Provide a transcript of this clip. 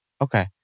Okay